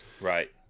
Right